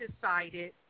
decided